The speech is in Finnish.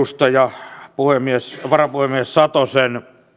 edustaja varapuhemies satosen